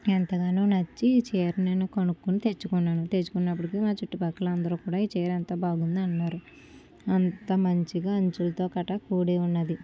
ఎంతగానో నచ్చి ఈ చీరను నేను కొన్నుకొని తెచుకున్నాను తెచుకున్నప్పటికి మా చుట్టు పక్కల అందరు కూడా ఈ చీర ఎంతో బాగుంది అన్నారు అంత మంచిగా అంచులతో కట్ట కూడి ఉంది